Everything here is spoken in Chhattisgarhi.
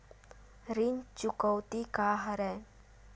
ऋण चुकौती का हरय?